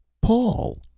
paul!